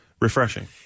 refreshing